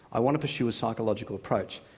i want to pursue a psychological approach.